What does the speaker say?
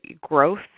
growth